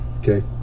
okay